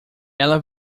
ela